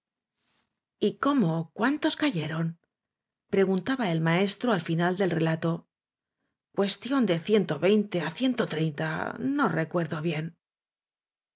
muerto y como cuántos cayeron preguntaba el maestro al final del relato cuestión de ciento veinte á ciento treinta no recuerdo bien